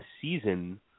season